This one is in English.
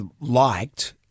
liked